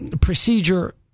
procedure